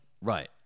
Right